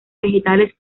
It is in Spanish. vegetales